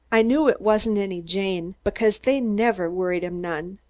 i knew it wasn't any jane, because they never worried him none.